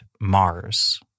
Mars